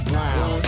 Brown